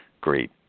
great